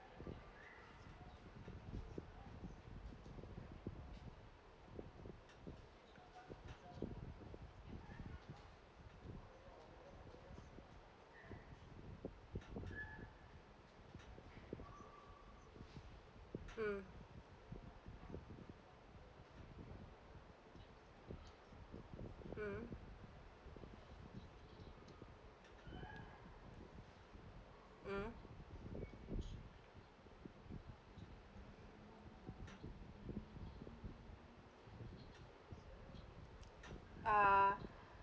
mm mm mm uh